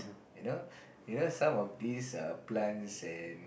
you know you know some of this err plants and